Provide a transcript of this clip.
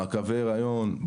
מעקבי הריון.